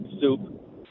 soup